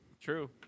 True